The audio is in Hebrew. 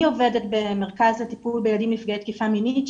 אני עובדת במרכז לטיפול בילדים נפגעי תקיפה מינית,